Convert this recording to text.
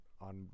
on